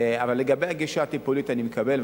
לגבי הגישה הטיפולית, אני מקבל.